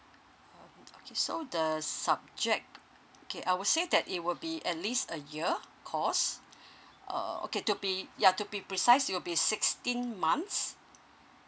okay so the subject okay I will say that it will be at least a year course oh okay to be yeah to be precise it'll be sixteen months